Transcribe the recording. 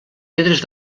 pedres